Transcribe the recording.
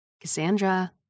Cassandra